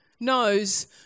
knows